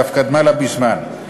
שאף קדמה לה בזמן,